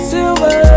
Silver